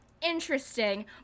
interesting